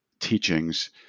teachings